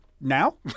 Now